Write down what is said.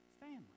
family